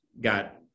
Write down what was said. got